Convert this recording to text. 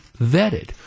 vetted